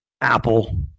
Apple